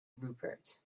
rupert